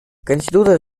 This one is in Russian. конституция